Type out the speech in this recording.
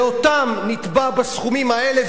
ואותם נתבע בסכומים האלה,